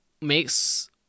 makes